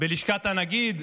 בלשכת הנגיד,